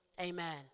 amen